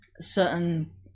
certain